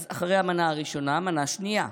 אז אחרי המנה הראשונה, מנה שנייה,